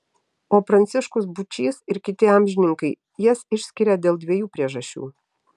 o pranciškus būčys ir kiti amžininkai jas išskiria dėl dviejų priežasčių